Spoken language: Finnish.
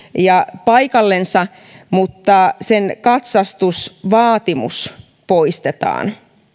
paikallensa mutta sen katsastusvaatimus poistetaan